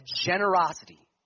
generosity